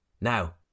Now